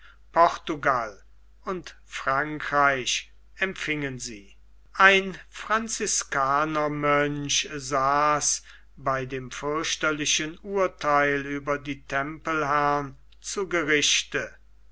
portugal und frankreich empfingen sie ein franziskanermönch saß bei dem fürchterlichen urtheil über die tempelherren zu gerichte